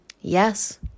Yes